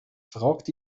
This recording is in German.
fragt